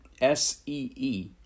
S-E-E